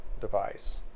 device